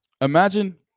imagine